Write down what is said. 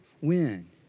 win